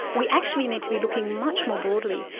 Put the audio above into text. we actually need to be looking much more broadly.